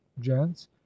gents